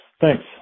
Thanks